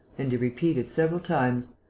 and he repeated several times